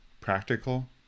practical